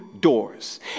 doors